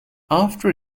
after